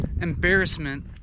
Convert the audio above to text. embarrassment